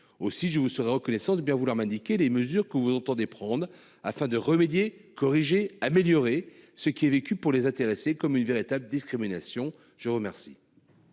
aussi je vous serais reconnaissant de bien vouloir m'indiquer les mesures que vous entendez prendre afin de remédier corriger améliorer ce qui est vécu pour les intéressés comme une véritable discrimination. Je vous remercie.